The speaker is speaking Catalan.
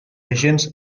agents